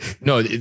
No